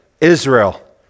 Israel